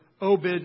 Obed